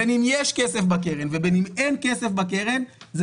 בין אם יש כסף בקרן ובין אם אין כסף בקרן,